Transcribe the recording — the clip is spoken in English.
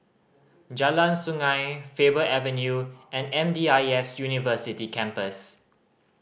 Jalan Sungei Faber Avenue and M D I S University Campus